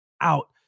out